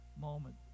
moment